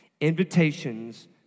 Invitations